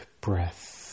breath